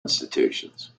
institutions